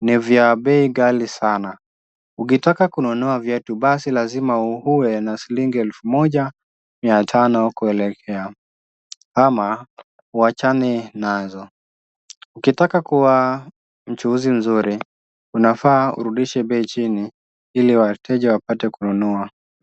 ni vya pei kali sana. Ukitaka kununua viatu basi lazima uwe na shilingi elfu moja mia tano kuelekea ama huwachane nazo. Ukitaka kuwa mchuuzi mzuri unavaa urudishe bei jini ili wateja wapate kununua.